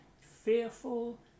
fearful